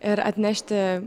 ir atnešti